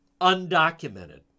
undocumented